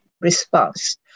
response